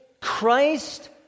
Christ